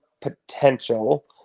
potential